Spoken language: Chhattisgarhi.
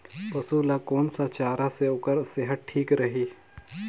पशु ला कोन स चारा से ओकर सेहत ठीक रही?